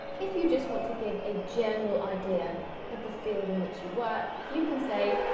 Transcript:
if you just want to give ah general idea of the field in which you work, you can say,